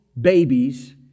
babies